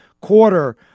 quarter